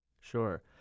Sure